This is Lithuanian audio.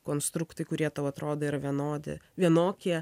konstruktai kurie tau atrodo yra vienodi vienokie